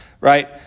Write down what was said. right